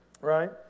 Right